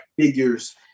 figures